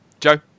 Joe